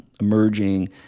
emerging